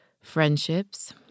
friendships